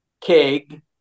keg